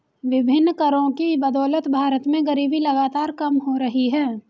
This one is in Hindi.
विभिन्न करों की बदौलत भारत में गरीबी लगातार कम हो रही है